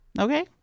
Okay